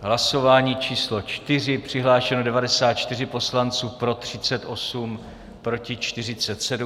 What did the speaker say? Hlasování číslo 4. Přihlášeno 94 poslanců, pro 38, proti 47.